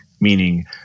meaning